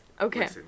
okay